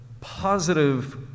positive